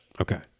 Okay